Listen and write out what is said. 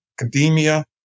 academia